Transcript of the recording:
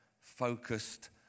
focused